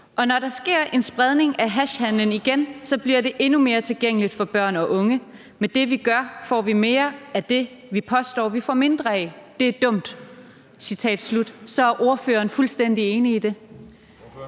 og når der sker en spredning af hashhandlen igen, så bliver det endnu mere tilgængeligt for børn og unge. Med det, vi gør, får vi mere af det, vi påstår, vi får mindre af. Det er dumt.« Er ordføreren fuldstændig enig i det?